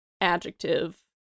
adjective